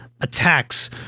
attacks